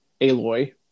Aloy